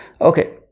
Okay